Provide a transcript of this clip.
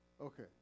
okay